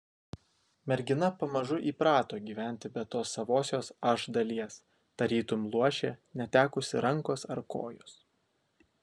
mergina pamažu įprato gyventi be tos savosios aš dalies tarytum luošė netekusi rankos ar kojos